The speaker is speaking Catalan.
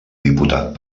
diputat